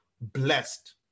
blessed